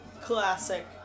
Classic